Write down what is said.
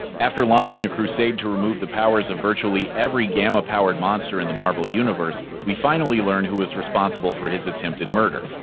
after launching a crusade to remove the powers of virtually every gamma-powered monster in the marvel you know unvierse, we finally learn who was responsible for his attempted murder.